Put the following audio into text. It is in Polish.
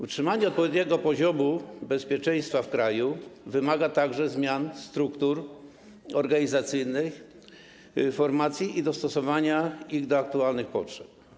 Utrzymanie odpowiedniego poziomu bezpieczeństwa w kraju wymaga także zmian struktur organizacyjnych formacji i dostosowania ich do aktualnych potrzeb.